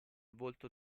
volto